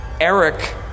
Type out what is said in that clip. Eric